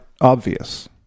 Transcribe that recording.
obvious